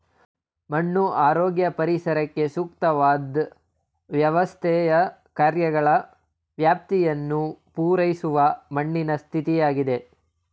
ಮಣ್ಣು ಆರೋಗ್ಯ ಪರಿಸರಕ್ಕೆ ಸೂಕ್ತವಾದ್ ವ್ಯವಸ್ಥೆಯ ಕಾರ್ಯಗಳ ವ್ಯಾಪ್ತಿಯನ್ನು ಪೂರೈಸುವ ಮಣ್ಣಿನ ಸ್ಥಿತಿಯಾಗಿದೆ